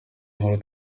nkuru